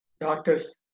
doctors